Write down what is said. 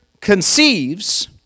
conceives